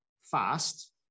fast